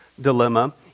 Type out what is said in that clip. dilemma